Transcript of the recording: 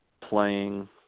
playing